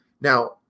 Now